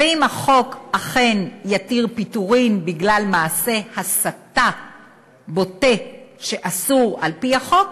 ואם החוק אכן יתיר פיטורים בגלל מעשה הסתה בוטה שאסור על-פי החוק,